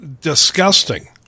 disgusting